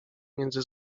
między